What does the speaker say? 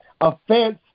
Offense